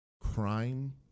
crime